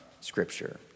scripture